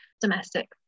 domestic